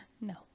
no